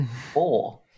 four